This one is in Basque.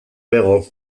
bego